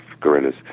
gorillas